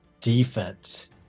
defense